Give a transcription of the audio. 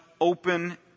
open